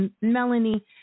Melanie